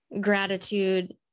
gratitude